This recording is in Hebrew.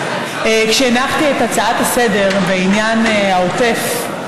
כשהנחתי את ההצעה לסדר-היום בעניין העוטף,